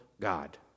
God